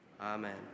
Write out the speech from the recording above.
amen